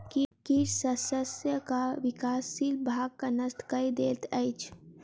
कीट शस्यक विकासशील भागक नष्ट कय दैत अछि